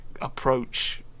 approach